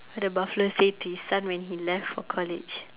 what the buffalo say to his son when he left for college